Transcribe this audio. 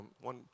One